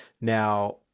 Now